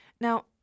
Now